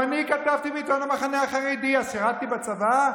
גם אני כתבתי בעיתון המחנה החרדי, אז שירתי בצבא?